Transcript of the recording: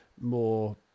more